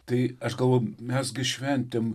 tai aš galvoju mes gi šventėm